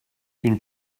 une